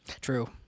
True